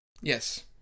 yes